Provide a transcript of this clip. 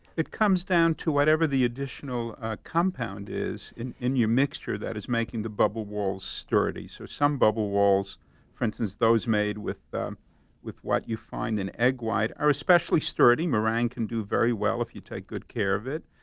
it comes down to whatever the additional ah compound is in in your mixture that is making the bubble walls sturdy. so some bubble walls for instance, those made with what you find in egg white are especially sturdy. meringue can do very well if you take good care of it.